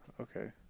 okay